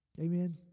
Amen